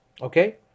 Okay